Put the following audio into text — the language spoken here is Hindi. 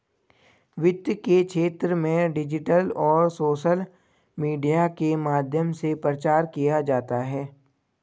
वित्त के क्षेत्र में डिजिटल और सोशल मीडिया के माध्यम से प्रचार किया जाता है